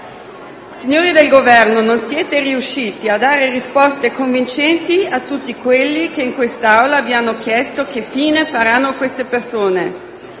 Signori del Governo, non siete riusciti a dare risposte convincenti a tutti quelli che in quest'Aula vi hanno chiesto che fine faranno queste persone.